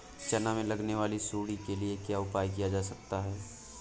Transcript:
चना में लगने वाली सुंडी के लिए क्या उपाय किया जा सकता है?